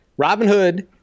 Robinhood